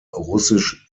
russisch